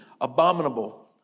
abominable